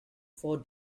for